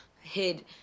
hid